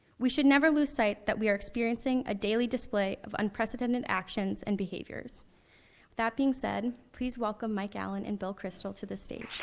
we should never lose sight that we are experiencing a daily display of unprecedented actions and behaviors with that being said, please welcome mike allen, and bill kristol to the stage.